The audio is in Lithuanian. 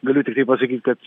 galiu tikrai pasakyt kad